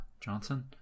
Johnson